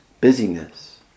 busyness